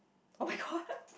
oh my god